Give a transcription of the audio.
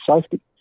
safety